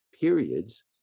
periods